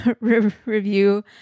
review